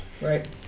Right